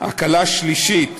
ההקלה השלישית